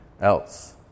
else